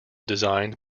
designed